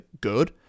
good